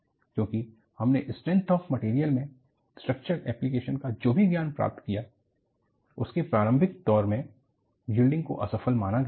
क्योंकि हमने strength of material में स्ट्रक्चरल एप्लीकेशन का जो भी ज्ञान प्राप्त किया उसके प्रारंभिक दौर में यील्डिंग को असफल माना गया था